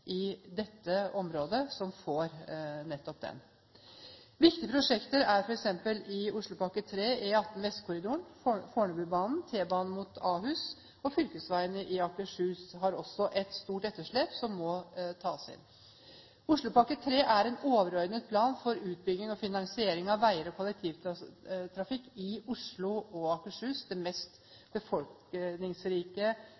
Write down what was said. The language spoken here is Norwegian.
i dette området som får den. Viktige prosjekter i Oslopakke 3 er f.eks. E18 Vestkorridoren, Fornebubanen og T-bane mot Ahus. Fylkesveiene i Akershus har også et stort etterslep som må tas inn. Oslopakke 3 er en overordnet plan for utbygging og finansiering av veier og kollektivtrafikk i Oslo og Akershus – det